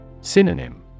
Synonym